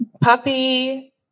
Puppy